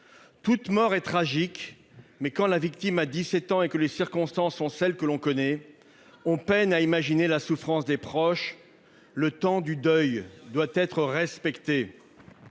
Toute mort est tragique, mais quand la victime a 17 ans et que les circonstances sont celles que l'on connaît, on peine à imaginer la souffrance des proches. Le temps du deuil doit être respecté.